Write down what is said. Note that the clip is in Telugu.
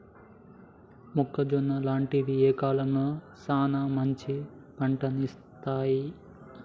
మొక్కజొన్న లాంటివి ఏ కాలంలో సానా మంచి పంటను ఇత్తయ్?